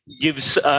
gives